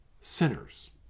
sinners